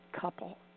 couple